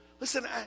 Listen